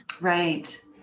Right